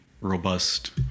robust